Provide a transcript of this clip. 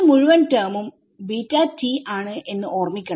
ഈ മുഴുവൻ ടെർമും ആണ് എന്ന് ഓർമിക്കണം